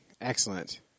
excellent